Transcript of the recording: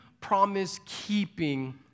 promise-keeping